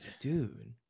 Dude